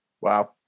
Wow